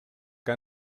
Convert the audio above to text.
que